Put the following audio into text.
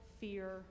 fear